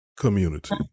community